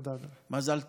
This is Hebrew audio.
מזל טוב.